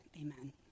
amen